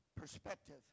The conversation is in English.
perspective